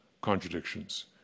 contradictions